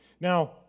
now